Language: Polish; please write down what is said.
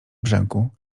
brzęku